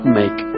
make